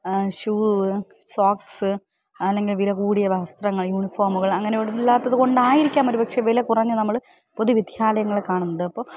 shoe socks അല്ലെങ്കിൽ വില കൂടിയ വസ്ത്രങ്ങൾ യൂണിഫോമുകൾ അങ്ങനെയൊന്നും ഇല്ലാത്തത് കൊണ്ടായിരിക്കാം ഒരുപക്ഷെ വില കുറഞ്ഞ നമ്മൾ പൊതുവിദ്യാലയങ്ങൾ കാണുന്നത് അപ്പം